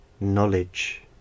knowledge